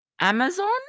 Amazon